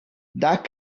that